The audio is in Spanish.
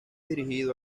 dirigido